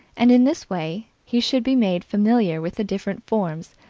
and in this way he should be made familiar with the different forms,